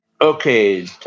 okay